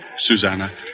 Susanna